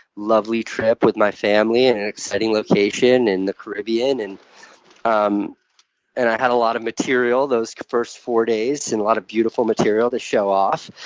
lovely trip with my family in an exciting location in the caribbean. and um and i had a lot of material those first four days, and a lot of beautiful material to show off.